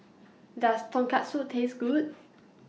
Does Tonkatsu Taste Good